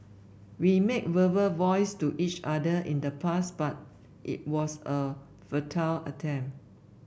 we made verbal vows to each other in the past but it was a futile attempt